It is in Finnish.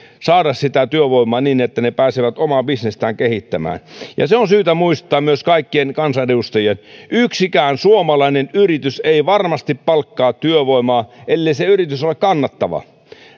saada työvoimaa niin että ne pääsevät omaa bisnestään kehittämään ja se on syytä muistaa myös kaikkien kansanedustajien että yksikään suomalainen yritys ei varmasti palkkaa työvoimaa ellei se yritys ole kannattava